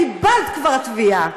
קיבלת כבר תביעה.